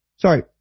sorry